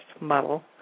model